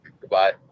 Goodbye